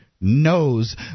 knows